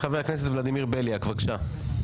חבר הכנסת ולדימיר בליאק, בבקשה.